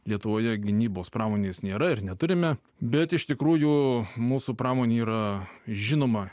lietuvoje gynybos pramonės nėra ir neturime bet iš tikrųjų mūsų pramonė yra žinoma